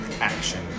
action